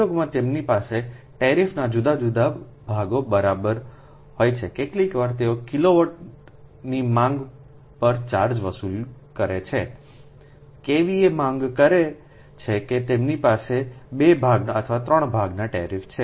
ઉદ્યોગમાં તેમની પાસે ટેરિફના જુદા જુદા ભાગો બરાબર હોય છે કેટલીકવાર તેઓ કિલોવોટની માંગ પર ચાર્જ વસૂલ કરે છે KVA માંગ કરે છે કે તેમની પાસે બે ભાગ અથવા ત્રણ ભાગની ટેરિફ છે